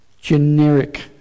generic